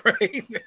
right